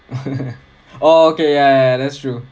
oh okay ya ya that's true